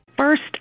First